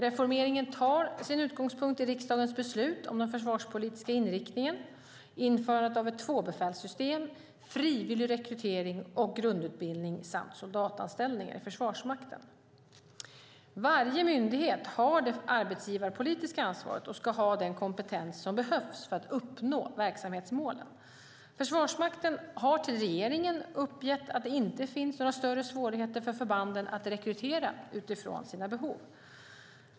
Reformen tar sin utgångspunkt i riksdagens beslut om den försvarspolitiska inriktningen, införandet av ett tvåbefälssystem, frivillig rekrytering och grundutbildning samt soldatanställningar i Försvarsmakten. Varje myndighet har det arbetsgivarpolitiska ansvaret och ska ha den kompetens som behövs för att uppnå verksamhetsmålen. Försvarsmakten har till regeringen uppgett att det inte finns några större svårigheter för förbanden att rekrytera utifrån sina behov.